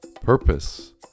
Purpose